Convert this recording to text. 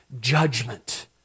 judgment